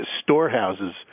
storehouses